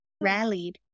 rallied